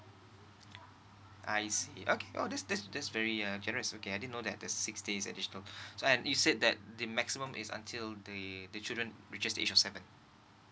I see okay oh that's that's that's very err generous okay I didn't know that there's sixt days additional so and you said that the maximum is until the the children reaches age of seven